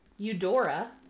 Eudora